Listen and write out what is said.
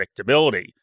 predictability